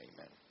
Amen